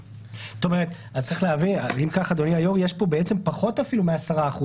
אז אם כך, אדוני, היום יש פה בעצם פחות מ-10%.